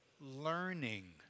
learning